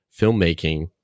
filmmaking